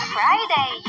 Friday